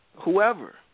whoever